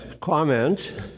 comment